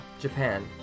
Japan